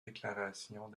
déclarations